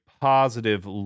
positive